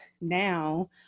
now